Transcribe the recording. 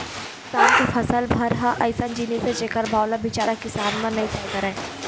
किसान के फसल भर ह अइसन जिनिस हे जेखर भाव ल बिचारा किसान मन नइ तय करय